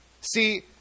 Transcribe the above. See